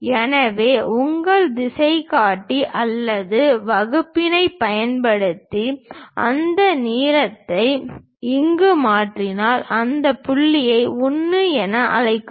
எனவே உங்கள் திசைகாட்டி அல்லது வகுப்பினைப் பயன்படுத்தி அந்த நீளத்தை இங்கு மாற்றினால் அந்த புள்ளியை 1 என அழைக்கவும்